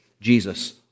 Jesus